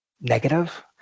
negative